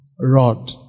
rod